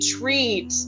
treat